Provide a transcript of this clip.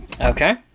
Okay